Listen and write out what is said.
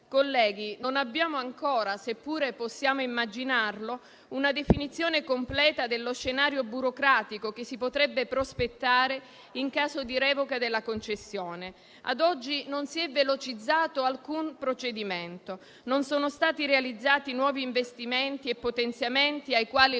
Colleghi, non abbiamo ancora, seppure possiamo immaginarlo, una definizione completa dello scenario burocratico che si potrebbe prospettare in caso di revoca della concessione. Ad oggi non si è velocizzato alcun procedimento e non sono stati realizzati nuovi investimenti e potenziamenti ai quali